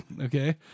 Okay